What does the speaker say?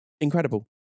incredible